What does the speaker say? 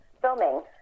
filming